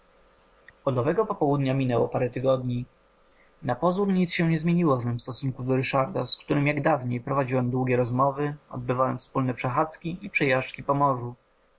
owego popołudnia minęło parę tygodni na pozór nic się nie zmieniło w mym stosunku do ryszarda z którym jak dawniej prowadziłem długie rozmowy odbywałem wspólne przechadzki i przejażdżki